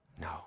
No